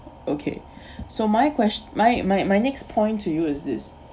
okay so my question my my my next point to you is this